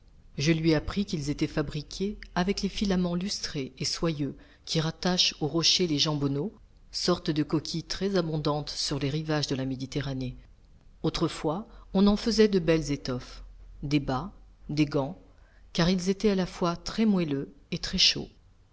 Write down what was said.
je lui appris qu'ils étaient fabriqués avec les filaments lustrés et soyeux qui rattachent aux rochers les jambonneaux sortes de coquilles très abondantes sur les rivages de la méditerranée autrefois on en faisait de belles étoffes des bas des gants car ils étaient à la fois très moelleux et très chauds